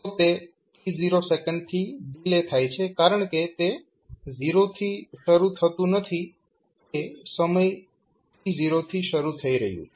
તો તે t0 second થી ડીલે થાય છે કારણકે તે 0 થી શરૂ થતું નથી તે સમય t0 થી શરૂ થઈ રહ્યું છે